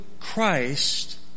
Christ